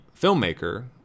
filmmaker